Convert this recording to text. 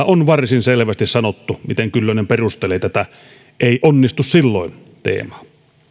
on varsin selvästi sanottu miten kyllönen perustelee tätä ei onnistu silloin teemaa